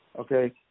Okay